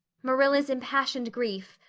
marilla's impassioned grief,